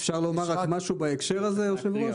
אפשר רק לומר משהו בהקשר הזה, היושב-ראש?